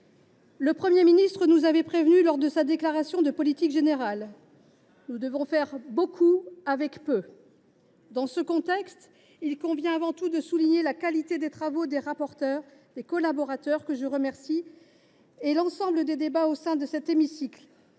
Le Premier ministre nous a prévenus lors de sa déclaration de politique générale : nous devons faire beaucoup avec peu. Dans ce contexte, il convient avant tout de souligner la qualité des travaux des rapporteurs, que je remercie. Je salue également la qualité des débats au sein de cet hémicycle